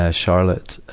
ah charlotte,